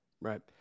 Right